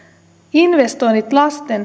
investoinnit lasten